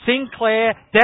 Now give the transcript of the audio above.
Sinclair